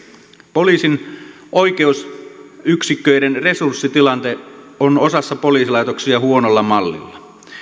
poliisin oikeusyksiköiden resurssitilanne on osassa poliisilaitoksia huonolla mallilla